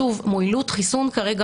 שוב, מועילות חיסון כרגע